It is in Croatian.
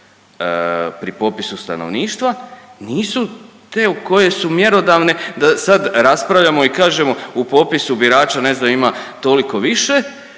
pri popisu stanovništva nisu te koje su mjerodavne da sad raspravljamo i kažemo u popisu birača ne znam ima toliko više